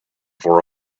for